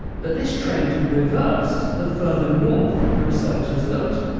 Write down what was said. but this trend reversed the further north the researchers looked.